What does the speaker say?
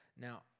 Now